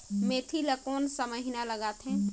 मेंथी ला कोन सा महीन लगथे?